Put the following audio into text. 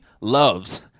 loves